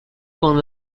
con